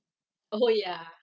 oh ya